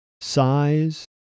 size